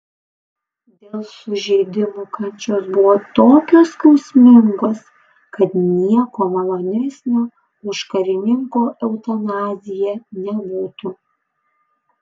dėl sužeidimų kančios buvo tokios skausmingos kad nieko malonesnio už karininko eutanaziją nebūtų